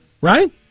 right